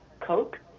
Coke